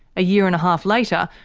a year and a half later,